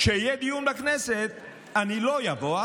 כשיהיה דיון בכנסת אני לא אבוא,